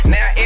Now